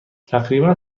تقریبا